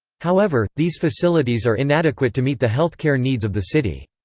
however, these facilities are inadequate to meet the healthcare needs of the city.